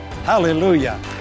Hallelujah